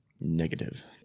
Negative